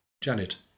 Janet